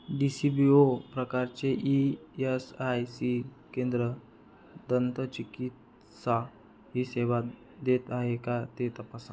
D C B O प्रकारचे E S I C केंद्र दंतचिकित्सा ही सेवा देत आहे का ते तपासा